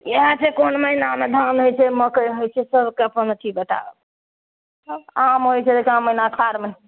इएह छै कोन महिनामे धान होइ छै मकइ होइ छै सबके अपन अथी बताउ आम होइ छै आम अगिला महिना अखाढ़ महिना